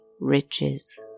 riches